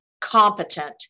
competent